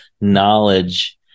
knowledge